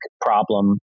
problem